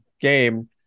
Game